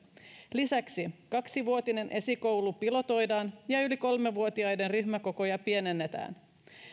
lisäksi kaksivuotinen esikoulu pilotoidaan ja ja yli kolme vuotiaiden ryhmäkokoja pienennetään